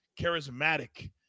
charismatic